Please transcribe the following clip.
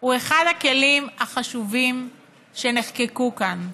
הוא אחד הכלים החשובים שנחקקו כאן.